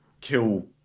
kill